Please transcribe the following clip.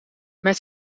met